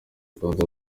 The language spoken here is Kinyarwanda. rwanda